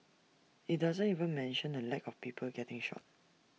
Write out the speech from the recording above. IT doesn't even mention the lack of people getting shot